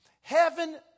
Heaven